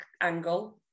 Angle